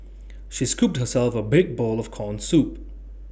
she scooped herself A big bowl of Corn Soup